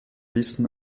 wissen